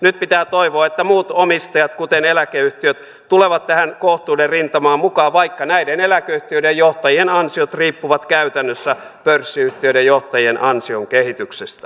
nyt pitää toivoa että muut omistajat kuten eläkeyhtiöt tulevat tähän kohtuuden rintamaan mukaan vaikka näiden eläkeyhtiöiden johtajien ansiot riippuvat käytännössä pörssiyhtiöiden johtajien ansiokehityksestä